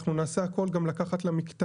אנחנו גם נעשה הכל גם לקחת למקטע